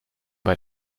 bei